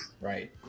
right